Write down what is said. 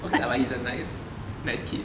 okay lah but he's a nice nice kid